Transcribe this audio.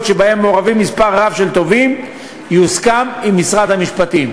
שמעורבים בהן תובעים רבים יוסכם עם משרד המשפטים,